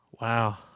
Wow